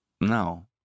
No